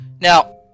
Now